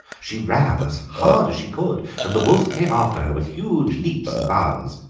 she ran as hard as she could, and the wolf came after her with huge leaps and bounds.